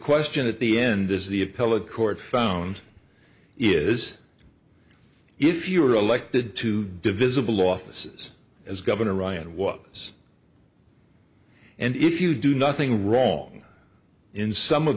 question at the end as the appellate court found is if you are elected to divisible offices as governor ryan was and if you do nothing wrong in some of